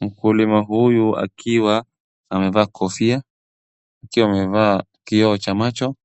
Mkulima huyu akiwa amevaa kofia , akiwa amevaa kioo cha macho.